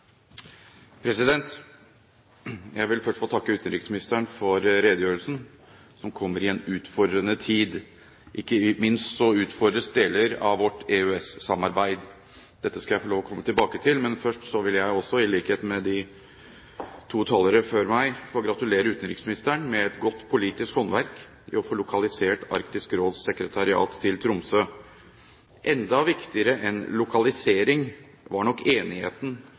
Jeg vil først få takke utenriksministeren for redegjørelsen, som kommer i en utfordrende tid. Ikke minst utfordres deler av vårt EØS-samarbeid. Dette skal jeg få lov til å komme tilbake til. Men først vil jeg også, i likhet med de to talerne før meg, få gratulere utenriksministeren med et godt politisk håndverk når det gjelder å få lokalisert Arktisk Råds sekretariat til Tromsø. Enda viktigere enn lokalisering var nok enigheten